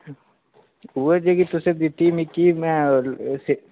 उ'यै जेह्की तुसें दित्ती मिकी में